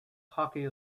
hockey